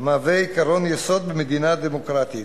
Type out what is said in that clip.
עקרון יסוד במדינה דמוקרטית.